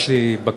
יש לי בקשה,